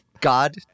God